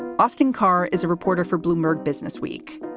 austin carr is a reporter for bloomberg businessweek.